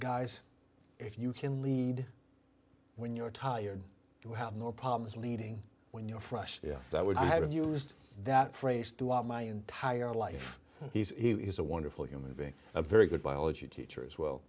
guys if you can lead when you're tired you have no problems leading when you're fresh that would i have used that phrase throughout my entire life he is a wonderful human being a very good biology teacher as well